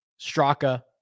Straka